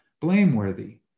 blameworthy